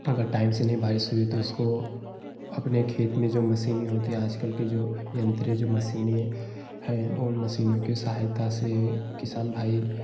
अगर टाइम से नहीं बारिश हुई तो उसको अपने खेत में जो मशीनी होती आज कल की जो यंत्र है जो मशीनें है उन मशीनों की सहायता से किसान भाई